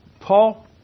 Paul